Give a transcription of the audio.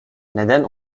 neden